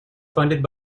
funded